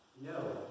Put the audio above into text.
no